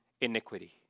iniquity